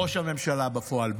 ראש הממשלה בפועל.